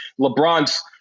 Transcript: LeBron's